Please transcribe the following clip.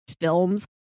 films